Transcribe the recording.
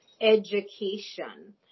education